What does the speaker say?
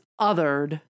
othered